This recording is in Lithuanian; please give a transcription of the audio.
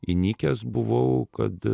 įnikęs buvau kad